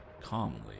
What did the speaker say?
calmly